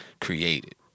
created